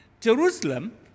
Jerusalem